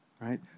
right